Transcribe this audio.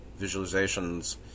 visualizations